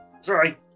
sorry